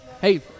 Hey